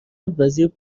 وزیر